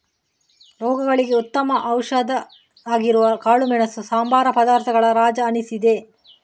ರೋಗಗಳಿಗೆ ಉತ್ತಮ ಔಷಧಿ ಆಗಿರುವ ಕಾಳುಮೆಣಸು ಸಂಬಾರ ಪದಾರ್ಥಗಳ ರಾಜ ಅನಿಸಿದೆ